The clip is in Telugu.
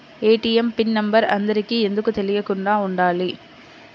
ఏ.టీ.ఎం పిన్ నెంబర్ అందరికి ఎందుకు తెలియకుండా ఉండాలి?